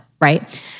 right